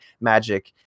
magic